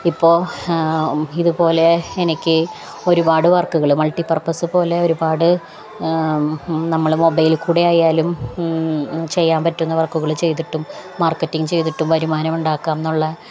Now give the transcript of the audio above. ഇപ്പോള് ഇതുപോലെ എനിക്ക് ഒരുപാട് വർക്കുകള് മൾട്ടിപ്പർപ്പസ് പോലെ ഒരുപാട് നമ്മള് മൊബൈലില്ക്കൂടി ആയാലും ചെയ്യാൻ പറ്റുന്ന വർക്കുകള് ചെയ്തിട്ടും മാർക്കറ്റിങ്ങ് ചെയ്തിട്ടും വരുമാനം ഉണ്ടാക്കാമെന്നുള്ള